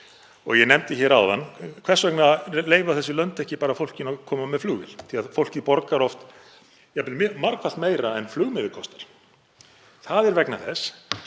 Ég nefndi áðan: Hvers vegna leyfa þessi lönd ekki bara fólkinu að koma með flugvél? Fólkið borgar oft jafnvel margfalt meira en flugmiði kostar. Það er vegna þess